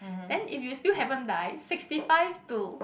then if you still haven't die sixty five to